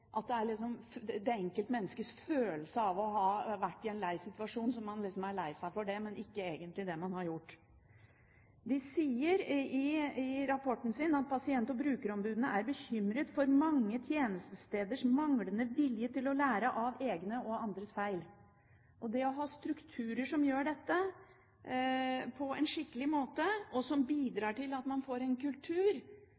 at man er lei seg for det enkelte menneskets følelse av å ha vært i en lei situasjon, men ikke egentlig for det man har gjort. Pasient- og brukerombudene sier også i rapporten at de «er bekymret for mange tjenestesteders manglende vilje til å lære av egne og andres feil». Det å ha strukturer som gjør dette på en skikkelig måte, og som